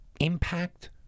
impact